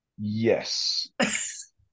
yes